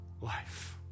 life